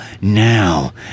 now